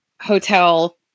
hotel